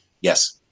Yes